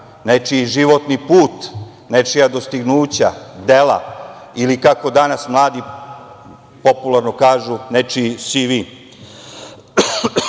nečiji životni put, nečija dostignuća, dela, ili kako danas mladi popularno kažu, nečiji